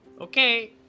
Okay